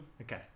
Okay